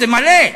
זה מלא,